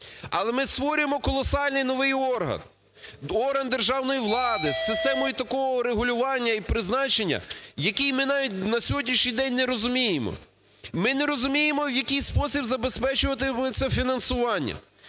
Але ми створюємо колосальний новий орган, орган державної влади з системою такого регулювання і призначення, який ми навіть на сьогоднішній день не розуміємо. Ми не розуміємо, в який спосіб забезпечувати це фінансування.